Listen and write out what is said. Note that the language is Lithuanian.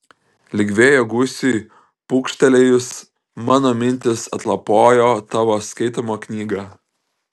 lyg vėjo gūsiui pūkštelėjus mano mintys atlapojo tavo skaitomą knygą